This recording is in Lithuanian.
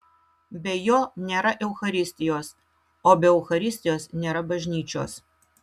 be jo nėra eucharistijos o be eucharistijos nėra bažnyčios